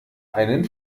einen